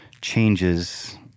changes